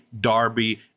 Darby